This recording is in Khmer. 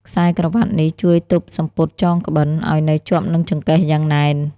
ខ្សែក្រវាត់នេះជួយទប់សំពត់ចងក្បិន ឱ្យនៅជាប់នឹងចង្កេះយ៉ាងណែន។